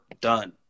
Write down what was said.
done